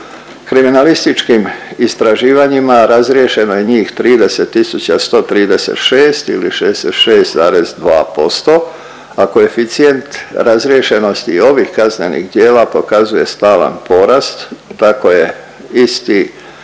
Kriminalističkim istraživanjima razriješeno je njih 30 136 ili 66,2%, a koeficijent razriješenosti ovih kaznenih djela pokazuje stalan porast. To je isti